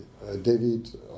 David